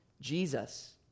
Jesus